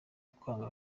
kwanga